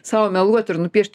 sau meluot ir nupiešt